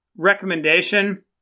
Recommendation